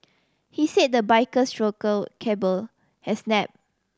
he say the biker's throttle cable has snap